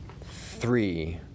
three